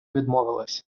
відмовилися